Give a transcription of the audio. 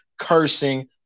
cursing